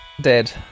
Dead